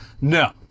no